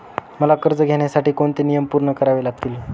मला कर्ज घेण्यासाठी कोणते नियम पूर्ण करावे लागतील?